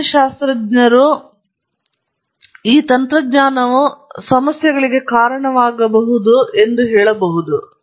ಸಮಾಜಶಾಸ್ತ್ರಜ್ಞರು ನಿಮಗೆ ಸಮಾಜವನ್ನು ದಯಪಾಲಿಸುವುದಿಲ್ಲ ಅಥವಾ ಈ ತಂತ್ರಜ್ಞಾನವು ಸಮಸ್ಯೆಗಳಿಗೆ ಕಾರಣವಾಗಬಹುದಾದ ಅಸ್ತಿತ್ವದಲ್ಲಿರುವ ರಚನೆಯೊಂದಿಗೆ ಹೇಳಬಹುದು